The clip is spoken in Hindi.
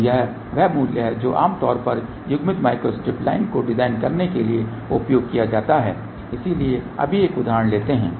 तो यह वह मूल्य है जो आमतौर पर युग्मित माइक्रोस्ट्रिप लाइन को डिजाइन करने के लिए उपयोग किया जाता है इसलिए अभी एक उदाहरण लेते हैं